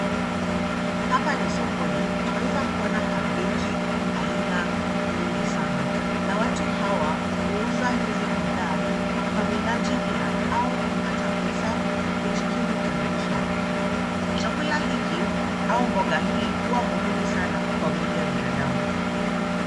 Hapa ni sokoni twaweza kuona kabeji aina nyingi sana na watu hawa huuza hizi bidhaa kwa minajili ya hao kupata pesa ya kujikimu kimaisha. Chakula hiki au mboga hii huwa muhimu sana kwa mwili wa binadamu.